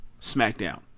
SmackDown